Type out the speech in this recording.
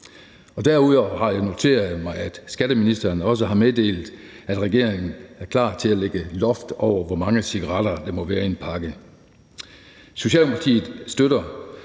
Derudover noterer jeg mig, at skatteministeren også har meddelt, at regeringen er klar til at lægge et loft over, hvor mange cigaretter der må være i en pakke. Socialdemokratiet støtter